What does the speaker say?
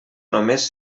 només